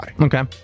Okay